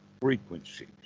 frequencies